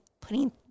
putting